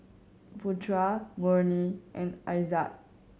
Putra Murni and Aizat